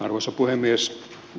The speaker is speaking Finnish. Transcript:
arvoisa puhemies